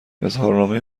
اظهارنامه